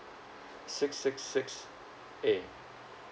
six six six A